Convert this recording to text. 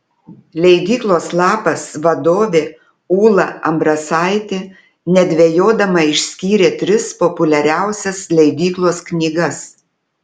leidyklos lapas vadovė ūla ambrasaitė nedvejodama išskyrė tris populiariausias leidyklos knygas